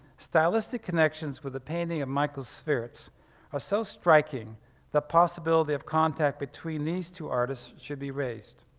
stylistic connections with a painting of michael sweerts are so striking the possibility of contact between these two artists should be raised.